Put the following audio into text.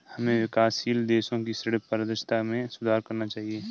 हमें विकासशील देशों की ऋण पारदर्शिता में सुधार करना चाहिए